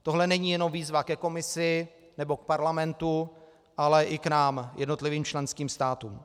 Tohle není jenom výzva ke Komisi nebo k parlamentu, ale i k nám, jednotlivým členským státům.